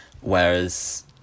Whereas